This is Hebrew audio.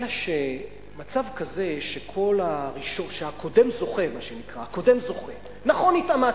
אלא שמצב כזה, שהקודם זוכה, נכון, התאמצת,